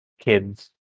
kids